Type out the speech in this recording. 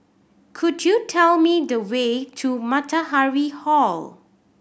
could you tell me the way to Matahari Hall